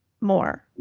more